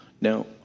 Now